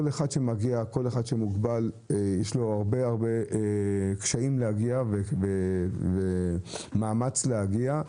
כל אדם עם מוגבלות יש לו הרבה קשיים להגיע ומאמץ להגיע.